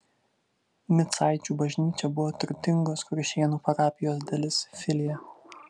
micaičių bažnyčia buvo turtingos kuršėnų parapijos dalis filija